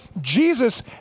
Jesus